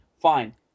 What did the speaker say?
fine